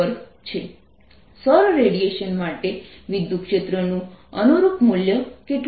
Solar energy energy time area1350 Wm2 સૌર radiation માટે વિદ્યુતક્ષેત્ર નું અનુરૂપ મૂલ્ય કેટલું છે